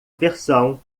versão